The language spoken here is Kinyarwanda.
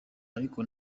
ariko